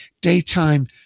daytime